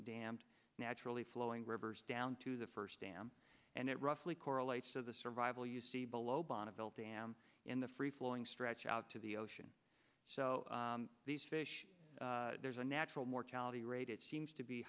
damp naturally flowing rivers down to the first dam and it roughly correlates to the survival you see below bonneville dam in the free flowing stretch out to the ocean so these fish there's a natural mortality rate it seems to be